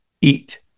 eat